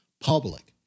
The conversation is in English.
public